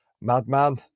madman